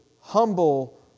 humble